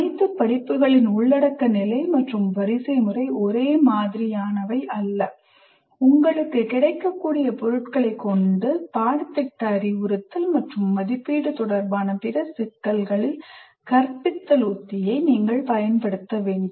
அனைத்து படிப்புகளின் உள்ளடக்க நிலை மற்றும் வரிசைமுறை ஒரே மாதிரியானவை அல்ல உங்களுக்கு கிடைக்கக்கூடிய பொருட்களை கொண்டு பாடத்திட்ட அறிவுறுத்தல் மற்றும் மதிப்பீடு தொடர்பான பிற சிக்கல்களில் கற்பித்தல் உத்தியை பயன்படுத்த வேண்டும்